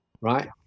right